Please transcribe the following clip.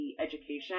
education